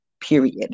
period